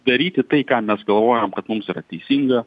daryti tai ką mes galvojam kad mums yra teisinga